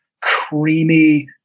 creamy